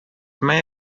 may